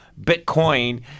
Bitcoin